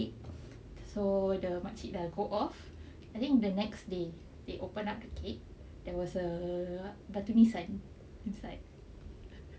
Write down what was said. so the makcik dah go off I think the next day they open up the cake there was a batu nisan inside